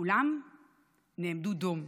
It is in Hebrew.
וכולם נעמדו דום,